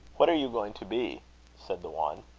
what are you going to be said the one.